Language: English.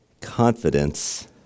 confidence